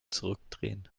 zurückdrehen